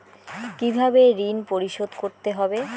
কিভাবে ঋণ পরিশোধ করতে হবে?